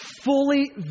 fully